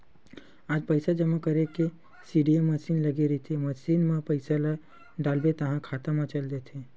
आज पइसा जमा करे के सीडीएम मसीन लगे रहिथे, मसीन म पइसा ल डालबे ताहाँले खाता म चल देथे